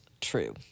true